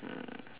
mm